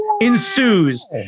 ensues